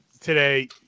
today